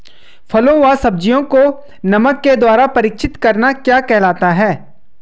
फलों व सब्जियों को नमक के द्वारा परीक्षित करना क्या कहलाता है?